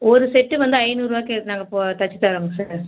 ஒரு செட்டு வந்து ஐநூரூபாக்கு எடு நாங்கள் போ தைச்சி தரோம்ங்க சார்